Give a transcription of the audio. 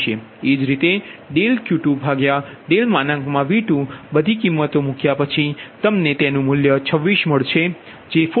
એ જ રીતે Q2V2બધી કિમતો મૂક્યા પછી તેનુ મૂલ્ય 26 હશે